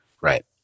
right